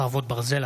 חרבות ברזל),